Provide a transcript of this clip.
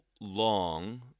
long